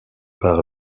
par